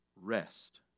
rest